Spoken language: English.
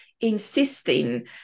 insisting